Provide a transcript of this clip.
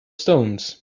stones